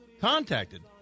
contacted